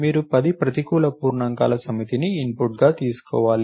మీరు 10 ప్రతికూల పూర్ణాంకాల సమితిని ఇన్పుట్గా తీసుకోవాలి